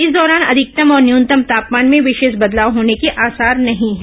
इस दौरान अधिकतम और न्यूनतम तापमान में विशेष बदलाव होने के आसार नहीं है